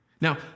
Now